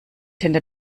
hinter